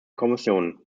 kommission